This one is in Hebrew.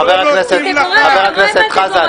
חבר הכנסת חזן,